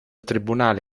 tribunale